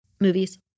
Movies